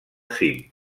cim